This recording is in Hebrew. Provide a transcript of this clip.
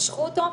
משכו אותו,